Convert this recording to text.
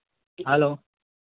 hello